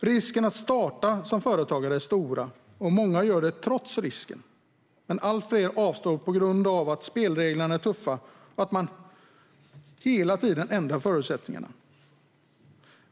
Riskerna med att starta som företagare är stora. Många gör det trots riskerna, men allt fler avstår på grund av att spelreglerna är tuffa och att man hela tiden ändrar förutsättningarna.